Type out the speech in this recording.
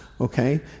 Okay